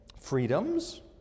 freedoms